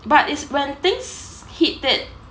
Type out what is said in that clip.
but it's when things hit it